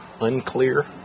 unclear